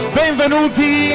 benvenuti